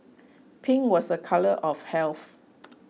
pink was a colour of health